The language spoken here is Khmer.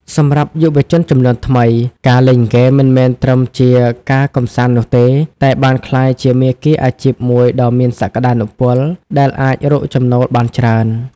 សម្រាប់យុវជនជំនាន់ថ្មី ការលេងហ្គេមមិនមែនត្រឹមជាការកម្សាន្តនោះទេ តែបានក្លាយជាមាគ៌ាអាជីពមួយដ៏មានសក្ដានុពល ដែលអាចរកចំណូលបានច្រើន។